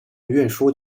运输